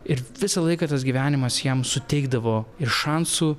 ir visą laiką tas gyvenimas jam suteikdavo ir šansų